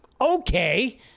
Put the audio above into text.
Okay